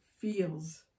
feels